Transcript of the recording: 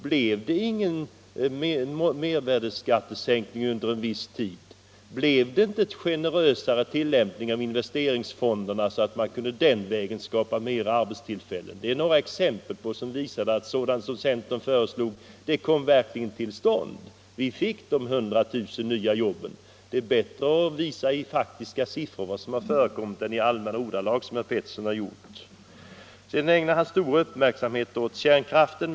Blev det ingen mervärdeskattesänkning under en viss tid, och blev det inte en generösare tillämpning av investeringsfonderna så att man på den vägen kunde skapa fler arbetstillfällen? Det är några exempel som visar att sådant som centern föreslagit verkligen kommit till stånd. Vi fick de 100 000 nya jobben. Det är bättre att i faktiska siffror visa vad som skett än att, såsom herr Peterson i Nacka gör, försöka visa det i allmänna ordalag. Sedan ägnar herr Peterson med all rätt stor uppmärksamhet åt kärnkraften.